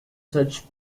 such